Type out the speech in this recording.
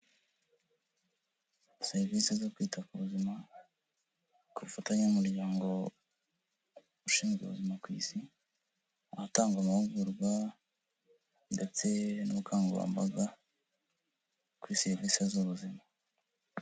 Serivisi zo kwita ku buzima, ku bufatanye n'umuryango ushinzwe ubuzima ku isi, ahatangwa amahugurwa ndetse n'ubukangurambaga, kuri serivisi z'ubuzima.